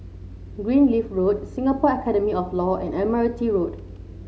Greenleaf Road Singapore Academy of Law and Admiralty Road